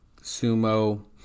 sumo